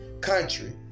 country